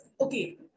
okay